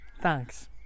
Thanks